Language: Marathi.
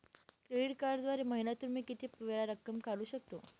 क्रेडिट कार्डद्वारे महिन्यातून मी किती वेळा रक्कम काढू शकतो?